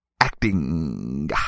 acting